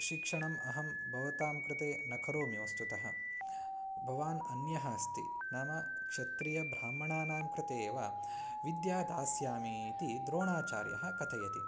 शिक्षणम् अहं भवतां कृते न करोमि वस्तुतः भवान् अन्यः अस्ति नाम क्षत्रियानां ब्राह्मणानां कृते एव विद्यां दास्यामि इति द्रोणाचार्यः कथयति